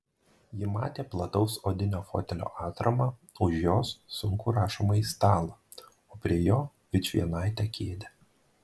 ji matė plataus odinio fotelio atramą už jos sunkų rašomąjį stalą o prie jo vičvienaitę kėdę